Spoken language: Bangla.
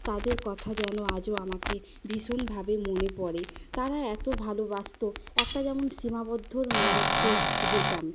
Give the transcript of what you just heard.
তাদের কথা যেন আজও আমাকে ভীষণভাবে মনে পড়ে তারা এত ভালোবাসত একটা যেমন সীমাবদ্ধর মধ্যে যেতাম